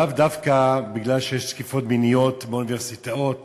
לאו דווקא בגלל שיש תקיפות מיניות באוניברסיטאות